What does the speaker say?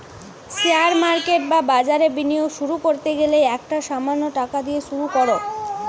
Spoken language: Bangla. শেয়ার মার্কেট বা বাজারে বিনিয়োগ শুরু করতে গেলে একটা সামান্য টাকা দিয়ে শুরু করো